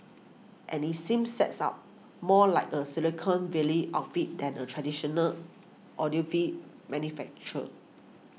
and it seems says up more like a silicon valley outfit than a traditional audiophile manufacturer